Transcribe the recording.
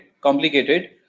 complicated